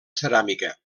ceràmica